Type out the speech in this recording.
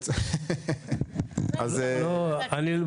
אה, יופי.